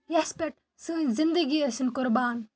یَس پٮ۪ٹھ سٲنۍ زندگی ٲسِنۍ قربان